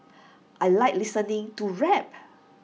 I Like listening to rap